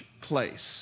place